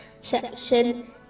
section